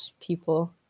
people